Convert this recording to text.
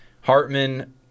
Hartman